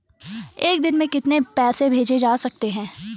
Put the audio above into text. एक दिन में कितने पैसे भेजे जा सकते हैं?